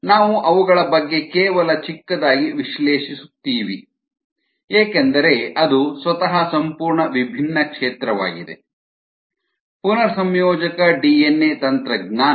ನಾವು ಅವುಗಳ ಬಗ್ಗೆ ಕೇವಲ ಚಿಕ್ಕದಾಗಿ ವಿಶ್ಲೇಸುತ್ತೀವಿ ಏಕೆಂದರೆ ಅದು ಸ್ವತಃ ಸಂಪೂರ್ಣ ವಿಭಿನ್ನ ಕ್ಷೇತ್ರವಾಗಿದೆ ಪುನರ್ಸಂಯೋಜಕ ಡಿಎನ್ಎ ತಂತ್ರಜ್ಞಾನ